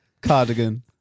cardigan